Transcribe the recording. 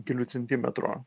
kelių centimetro